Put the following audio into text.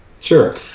Sure